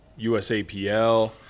USAPL